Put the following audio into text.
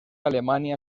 alemania